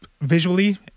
visually